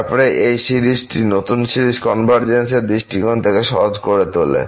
তারপরে এটি সিরিজ নতুন সিরিজ কনভারজেন্স এর দৃষ্টিকোণ থেকে সহজ করে তোলে